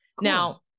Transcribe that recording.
Now